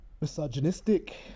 Misogynistic